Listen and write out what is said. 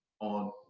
on